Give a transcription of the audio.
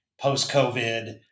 post-COVID